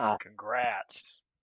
Congrats